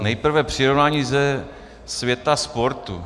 Nejprve přirovnání ze světa sportu.